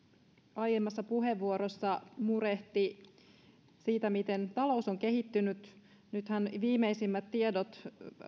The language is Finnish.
aiemmassa puheenvuorossa murehti sitä miten talous on kehittynyt nythän viimeisimmät tiedot